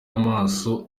amaso